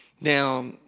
Now